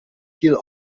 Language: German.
viel